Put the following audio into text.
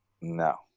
No